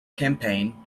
campaign